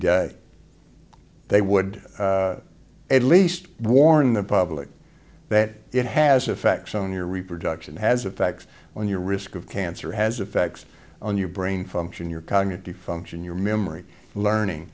day they would at least warn the public that it has effects on your reproduction has the facts on your risk of cancer has effects on your brain function your cognitive function your memory learning